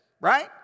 right